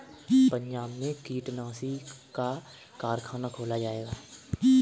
पंजाब में कीटनाशी का कारख़ाना खोला जाएगा